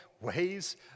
ways